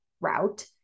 route